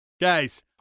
Guys